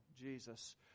Jesus